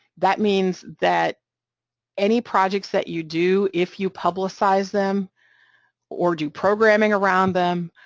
that means that any projects that you do, if you publicize them or do programming around them,